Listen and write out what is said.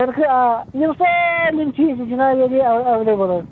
ادلہ بدل